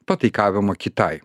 pataikavimo kitai